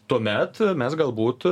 tuomet mes galbūt